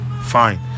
Fine